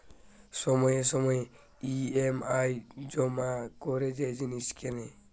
সময়ে সময়ে ই.এম.আই জমা করে যে জিনিস কেনে